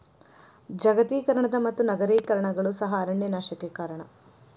ಜಾಗತೇಕರಣದ ಮತ್ತು ನಗರೇಕರಣಗಳು ಸಹ ಅರಣ್ಯ ನಾಶಕ್ಕೆ ಕಾರಣ